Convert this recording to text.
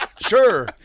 Sure